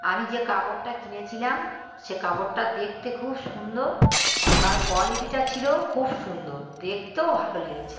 আমি যে কাপড়টা কিনেছিলাম সে কাপড়টা দেখতে খুব সুন্দর ও তার কোয়ালিটিটা ছিল খুব সুন্দর দেখতেও ভালো লেগেছে